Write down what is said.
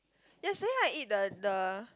yesterday I eat the the